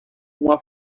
uma